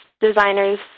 designers